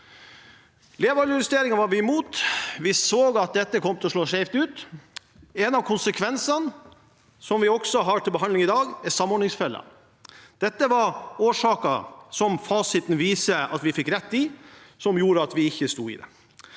Levealdersjusteringen var vi imot. Vi så at dette kom til å slå skjevt ut. En av konsekvensene, som vi også har til behandling i dag, er samordningsfellen. Dette var årsaken – som fasiten viser at vi fikk rett i – til at vi ikke sto i det.